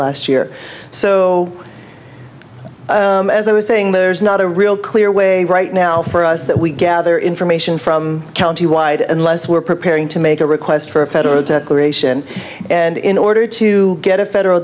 last year so as i was saying there's not a real clear way right now for us that we gather information from county wide unless we're preparing to make a request for a federal decoration and in order to get a federal